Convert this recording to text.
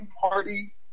Party